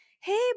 hey